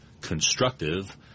constructive